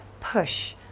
push